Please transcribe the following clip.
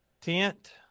tent